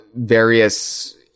various